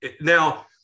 now